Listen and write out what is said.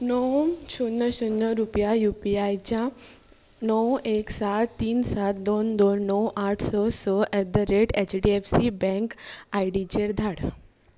णव शुन्य शुन्य रुपया यू पी आयच्या णव एक सात तीन सात दोन दोन णव आठ स स at the rate H D F C bank I डीचेर धाड